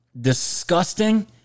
disgusting